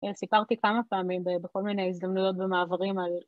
סיפרתי כמה פעמים בכל מיני הזדמנויות ומעברים על